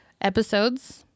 episodes